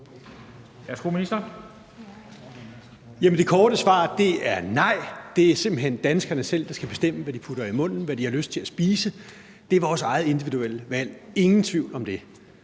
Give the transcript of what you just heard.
det korte svar er nej. Det er simpelt hen danskerne selv, der skal bestemme, hvad de putter i munden, hvad de har lyst til at spise – det er vores eget, individuelle valg. Det er der